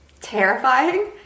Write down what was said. terrifying